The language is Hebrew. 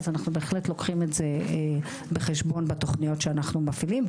אז אנחנו בהחלט לוקחים את זה בחשבון בתכניות שאנחנו מפעילים,